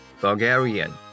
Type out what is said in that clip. Bulgarian